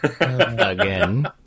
Again